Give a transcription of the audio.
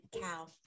cow